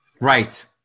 Right